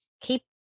keep